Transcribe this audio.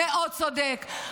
מאוד צודק,